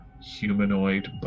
humanoid